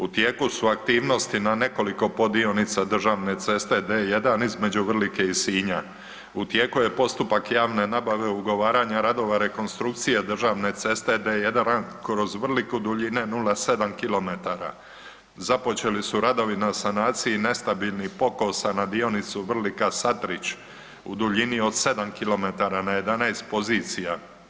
U tijeku su aktivnosti na nekoliko poddionica državne ceste D1 između Vrlike i Sinja. u tijeku je postupak javne nabave ugovaranja radova rekonstrukcije državne ceste D1 kroz Vrliku duljine 0,7 km, započeli su radovi na sanaciji nestabilnih pokosa na dionicu Vrlika-SAtrić u duljini od 7 km na 11 pozicija.